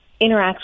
interacts